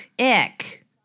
ick